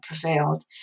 prevailed